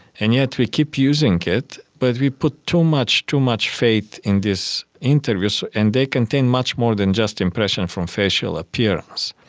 and yet we keep using it. but we put too much too much faith in these interviews, and they contain much more than just impressions from facial appearance.